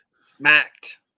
Smacked